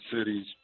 cities